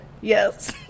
Yes